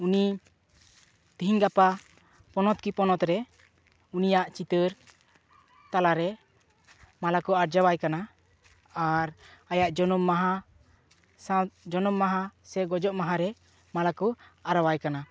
ᱩᱱᱤ ᱛᱮᱦᱮᱧ ᱜᱟᱯᱟ ᱯᱚᱱᱚᱛ ᱠᱤ ᱯᱚᱱᱚᱛ ᱨᱮ ᱩᱱᱤᱭᱟᱜ ᱪᱤᱛᱟᱹᱨ ᱛᱟᱞᱟᱨᱮ ᱢᱟᱞᱟ ᱠᱚ ᱟᱨᱡᱟᱣᱟᱭ ᱠᱟᱱᱟ ᱟᱨ ᱟᱭᱟᱜ ᱡᱚᱱᱚᱢ ᱢᱟᱦᱟ ᱥᱟᱶ ᱡᱚᱱᱚᱢ ᱢᱟᱦᱟ ᱥᱮ ᱜᱚᱡᱚᱜ ᱢᱟᱦᱟ ᱨᱮ ᱢᱟᱞᱟ ᱠᱚ ᱟᱨᱟᱣᱟᱭ ᱠᱟᱱᱟ